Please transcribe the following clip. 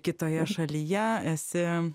kitoje šalyje esi